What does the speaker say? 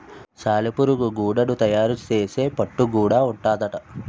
సాలెపురుగు గూడడు తయారు సేసే పట్టు గూడా ఉంటాదట